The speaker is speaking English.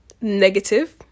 negative